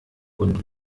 und